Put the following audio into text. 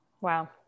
Wow